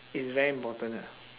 is very important ah